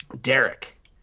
Derek